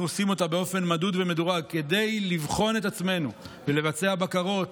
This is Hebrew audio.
אנחנו עושים אותה באופן מדוד ומדורג כדי לבחון את עצמנו ולבצע בקרות